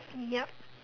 yup